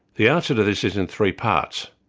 the answer to this is in three parts.